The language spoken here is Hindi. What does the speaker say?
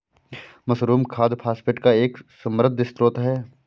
मशरूम खाद फॉस्फेट का एक समृद्ध स्रोत है